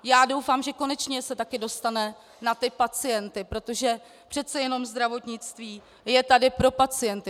Já doufám, že konečně se taky dostane na pacienty, protože přece jenom zdravotnictví je tady především pro pacienty.